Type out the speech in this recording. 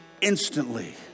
instantly